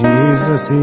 Jesus